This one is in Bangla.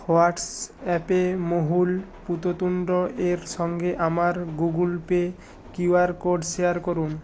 হোয়াটসঅ্যাপে মোহুল পুততুন্ড এর সঙ্গে আমার Google Pay QR code share করুন